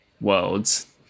worlds